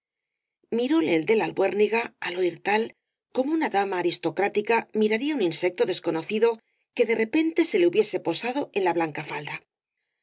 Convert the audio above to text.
miróle el de la albuérniga al oir ta como una dama aristocrática miraría un insecto desconocido que de repente se le hubiese posado en la blanca falda